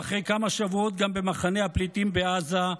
ואחרי כמה שבועות גם במחנה הפליטים בעזה,